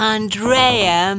Andrea